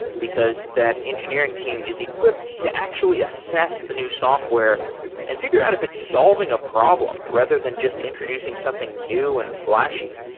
because that engineering team is equipped to actually assess the new software and figure out if it's solving a problem rather than just introducing something new and flashy.